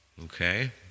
Okay